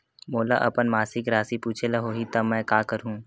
मोला अपन मासिक राशि पूछे ल होही त मैं का करहु?